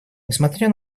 несмотря